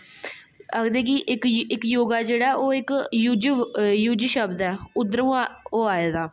आखदे कि इक इक योगा जेह्ड़ा ऐ ओह् इक युय शब्द ऐ उद्धरां ओह् आए दा